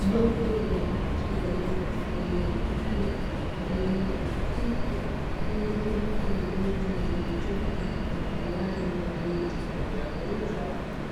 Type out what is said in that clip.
Jopo la watu walio katika eneo la ndani lenye mwanga hafifu lililozungukwa na meza zenye chupa za vinywaji vya aina tofautitofauti,